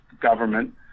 government